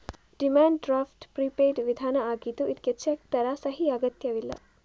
demand draft prepaid ವಿಧಾನ ಆಗಿದ್ದು ಇದ್ಕೆ ಚೆಕ್ ತರ ಸಹಿ ಅಗತ್ಯವಿಲ್ಲ